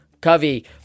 Covey